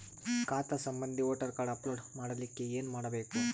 ಖಾತಾ ಸಂಬಂಧಿ voter card upload ಮಾಡಲಿಕ್ಕೆ ಏನ ಮಾಡಬೇಕು?